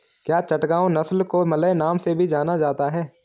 क्या चटगांव नस्ल को मलय नाम से भी जाना जाता है?